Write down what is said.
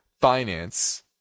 finance